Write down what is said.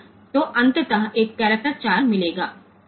તો આખરે a ને તે કેરેક્ટર 4 મળશે